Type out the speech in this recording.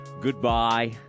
goodbye